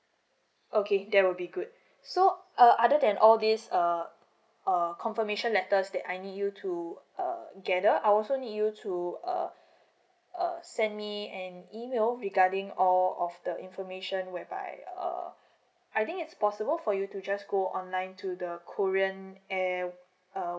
okay that will be good so uh other than all these err err confirmation letters that I need you to uh gather I also need you to uh uh send me an email regarding all of the information whereby uh I think it's possible for you to just go online to the korean air uh